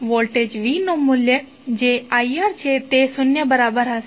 V નું મૂલ્ય જે I R છે તે શૂન્ય બરાબર હશે